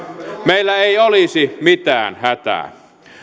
meillä ei olisi mitään hätää